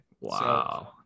Wow